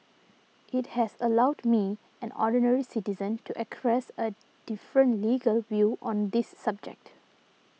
it has allowed me an ordinary citizen to a different legal view on this subject